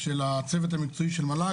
הצוות המקצועי של מל"ג,